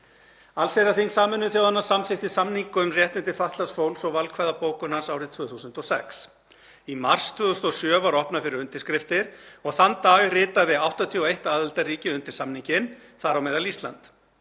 Allsherjarþing Sameinuðu þjóðanna samþykkti samning um réttindi fatlaðs fólks og valkvæða bókun hans árið 2006. Í mars 2007 var opnað fyrir undirskriftir og þann dag ritaði 81 aðildarríki undir samninginn, þar á meðal Ísland.